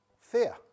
Fear